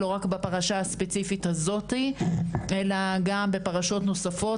לא רק בפרשה הספציפית הזאת אלא גם בפרשות נוספות